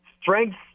strength